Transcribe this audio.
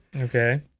Okay